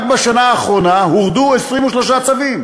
רק בשנה האחרונה הורדו 23 צווים